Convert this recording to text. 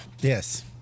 Yes